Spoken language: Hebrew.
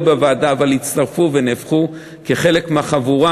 בוועדה אבל הצטרפו והפכו חלק מהחבורה,